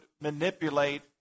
manipulate